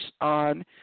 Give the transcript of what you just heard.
on